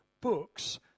books